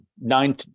nine